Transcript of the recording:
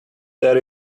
there